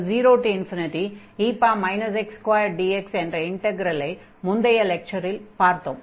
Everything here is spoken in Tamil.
0e x2dx என்ற இன்டக்ரலை முந்தைய லெக்சரில் பார்த்தோம்